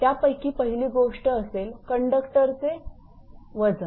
त्यापैकी पहिली गोष्ट असेल कंडक्टर चे वजन